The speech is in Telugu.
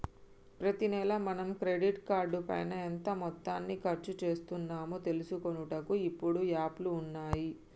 ప్రతి నెల మనం క్రెడిట్ కార్డు పైన ఎంత మొత్తాన్ని ఖర్చు చేస్తున్నాము తెలుసుకొనుటకు ఇప్పుడు యాప్లు ఉన్నాయి